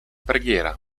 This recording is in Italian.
preghiera